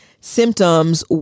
symptoms